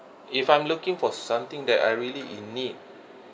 if I'm looking for something that I really in need